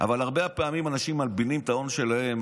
אבל הרבה פעמים אנשים מלבינים את ההון שלהם,